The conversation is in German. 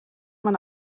man